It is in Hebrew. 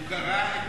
הוא קרא את